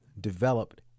developed